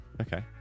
Okay